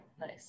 nice